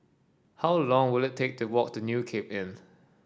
how long will it take to walk to New Cape Inn